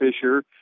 Fisher